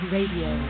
Radio